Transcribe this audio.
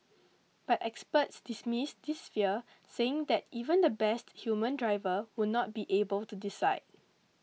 but experts dismiss this fear saying that even the best human driver would not be able to decide